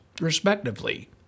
respectively